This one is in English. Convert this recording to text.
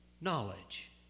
knowledge